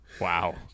Wow